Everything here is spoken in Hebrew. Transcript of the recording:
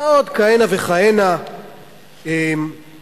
ועוד כהנה וכהנה דברים.